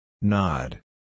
Nod